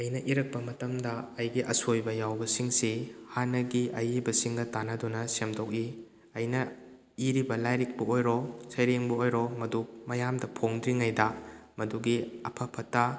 ꯑꯩꯅ ꯏꯔꯛꯄ ꯃꯇꯝꯗ ꯑꯩꯒꯤ ꯑꯁꯣꯏꯕ ꯌꯥꯎꯕꯁꯤꯡꯁꯦ ꯍꯥꯟꯅꯒꯤ ꯑꯏꯕꯁꯤꯡꯒ ꯇꯥꯟꯅꯗꯨꯅ ꯁꯦꯝꯗꯣꯛꯏ ꯑꯩꯅ ꯏꯔꯤꯕ ꯂꯥꯏꯔꯤꯛꯄꯨ ꯑꯣꯏꯔꯣ ꯁꯩꯔꯦꯡꯕꯨ ꯑꯣꯏꯔꯣ ꯃꯗꯨ ꯃꯌꯥꯝꯗ ꯐꯣꯡꯗ꯭ꯔꯤꯉꯩꯗ ꯃꯗꯨꯒꯤ ꯑꯐ ꯐꯠꯇ